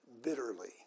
bitterly